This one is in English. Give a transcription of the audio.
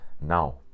now